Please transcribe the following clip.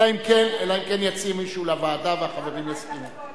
אלא אם כן יציע מישהו לוועדה והחברים יסכימו.